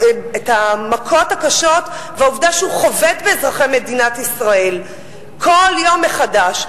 המכות הקשות והעובדה שהוא חובט באזרחי מדינת ישראל כל יום מחדש.